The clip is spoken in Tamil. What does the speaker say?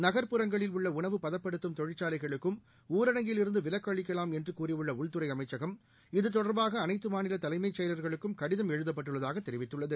நகர்ப்புறங்களில்உள்ளஉணவுப்பதப்படுத்தும்தொழிற்சாலைகளுக்கும்ஊரட ங்கில்இருந்துவிலக்குஅளிக்கலாம்என்றுகூறியுள்ளஉள்துறைஅமைச்சகம் இதுதொ டர்பாகஅனைத்துமாநிலதலைமைச்செயலாளர்களுக்கும்கடிதம்எழுதப்பட்டுள்ள தாகதெரிவித்துள்ளது